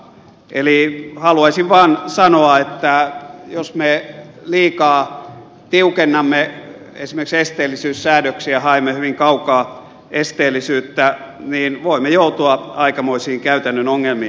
eli haluaisin vaan sanoa että jos me liikaa tiukennamme esimerkiksi esteellisyyssäädöksiä haemme hyvin kaukaa esteellisyyttä niin voimme joutua aikamoisiin käytännön ongelmiin